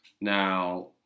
Now